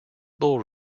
bull